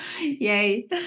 yay